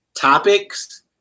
topics